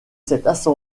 sujette